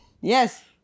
Yes